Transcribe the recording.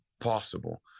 possible